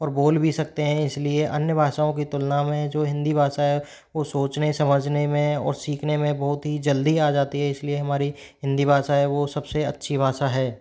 और बोल भी सकते हैं इसलिए अन्य भाषाओं की तुलना में जो हिंदी भाषा है वो सोचने समझने में और सीखने में बहुत ही जल्दी आ जाती है इसलिए हमारी हिंदी भाषा है वो सबसे अच्छी भाषा है